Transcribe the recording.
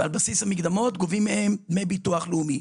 ועל בסיס המקדמות גובים מהם דמי ביטוח לאומי.